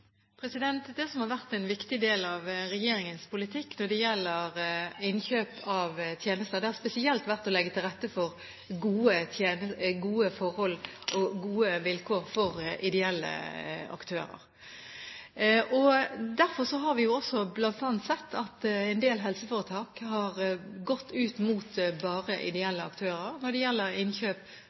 brukerne? Det som har vært en viktig del av regjeringens politikk når det gjelder innkjøp av tjenester, har spesielt vært å legge til rette for gode forhold og gode vilkår for ideelle aktører. Derfor har vi bl.a. sett at en del helseforetak har gått ut mot bare ideelle aktører når det gjelder innkjøp,